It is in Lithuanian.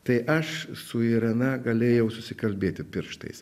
tai aš su irena galėjau susikalbėti pirštais